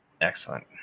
Excellent